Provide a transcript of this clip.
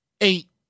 eight